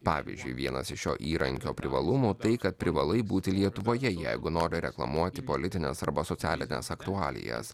pavyzdžiui vienas iš šio įrankio privalumų tai kad privalai būti lietuvoje jeigu nori reklamuoti politines arba socialines aktualijas